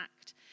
act